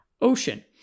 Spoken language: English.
ocean